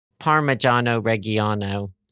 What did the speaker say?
Parmigiano-Reggiano